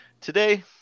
today